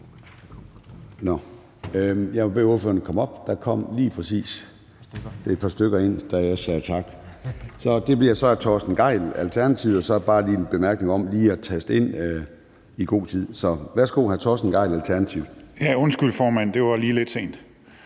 Jeg må bede ordføreren komme tilbage, for der kom lige præcis et par stykker ind, da jeg sagde tak. Så det bliver så hr. Torsten Gejl, Alternativet. Og så vil jeg bare lige give en bemærkning om lige at taste ind i god tid. Værsgo til hr. Torsten Gejl, Alternativet. Kl. 10:41 Torsten Gejl (ALT): Ja, undskyld, formand, det var lige lidt sent,